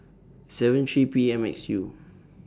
seven three P M X U